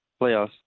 playoffs